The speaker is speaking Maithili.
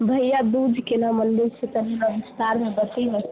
भैआदूज केना मनबैत छियै तनी हमरा बिस्तारमे बतेबै